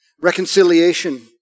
Reconciliation